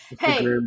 Hey